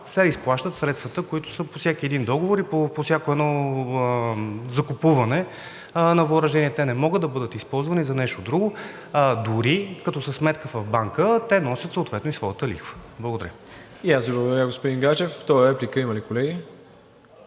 се изплащат средствата, които са по всеки един договор и по всяко едно закупуване на въоръжение. Те не могат да бъдат използвани за нещо друго. Дори като са сметка в банка, те носят съответно и своята лихва. Благодаря. ПРЕДСЕДАТЕЛ МИРОСЛАВ ИВАНОВ: И аз Ви благодаря, господин Гаджев. Втора реплика има ли, колеги?